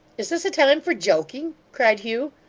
is this a time for joking cried hugh.